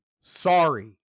sorry